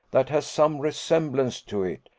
that has some resemblance to it.